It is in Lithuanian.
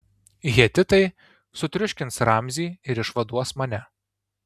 hetitai sutriuškins ramzį ir išvaduos mane